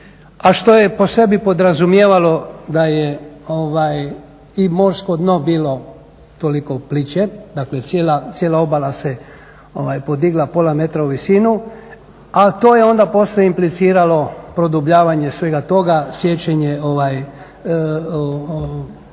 a što je po sebi podrazumijevalo da je i morsko dno bilo toliko pliće, dakle cijela obala se podigla pola metra u visinu, a to je onda poslije impliciralo produbljivanje svega toga, sječenje crte obale